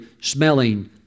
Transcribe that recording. smelling